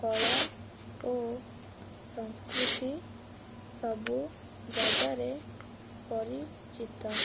କଳା ଓ ସଂସ୍କୃତି ସବୁ ଜାଗାରେ ପରିଚିତ